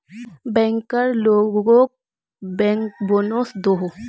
banker लोगोक bank bonus दोहों